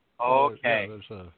Okay